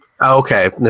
Okay